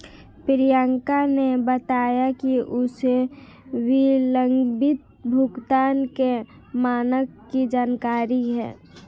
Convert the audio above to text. प्रियंका ने बताया कि उसे विलंबित भुगतान के मानक की जानकारी है